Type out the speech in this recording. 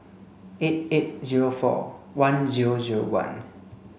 eight eight zero four one zero zero one